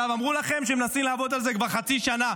אמרו לכם שמנסים לעבוד על זה כבר חצי שנה,